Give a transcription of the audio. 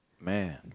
Man